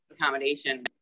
accommodation